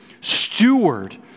steward